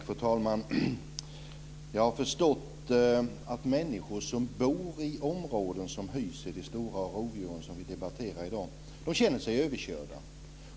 Fru talman! Jag har förstått att människor som bor i områden som hyser de stora rovdjur som vi debatterar i dag känner sig överkörda.